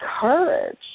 courage